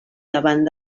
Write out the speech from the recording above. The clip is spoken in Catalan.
davant